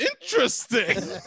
Interesting